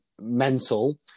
mental